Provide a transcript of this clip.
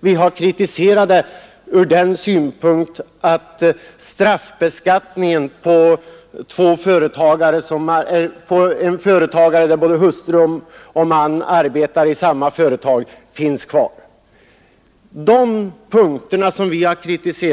Vi har kritiserat det ur den synpunkten att straffbeskattningen på en företagare, som arbetar i det egna företaget tillsammans med sin hustru, finns kvar. Ur dessa synpunkter har regeringen inte